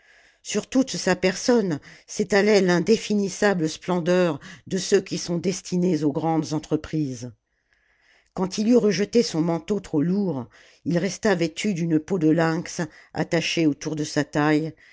sur toute sa personne s'étalait l'indéfinissable splendeur de ceux qui sont destinés aux grandes entreprises quand il eut rejeté son manteau trop lourd il resta vêtu d'une peau de lynx attachée autour de sa taille